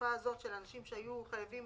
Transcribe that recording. ההוספה של אנשים שהיו חייבים